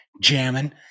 jamming